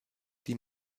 die